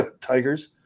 Tigers